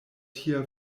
tia